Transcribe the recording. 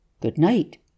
good-night